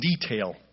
detail